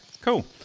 Cool